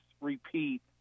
repeat